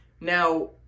Now